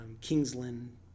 Kingsland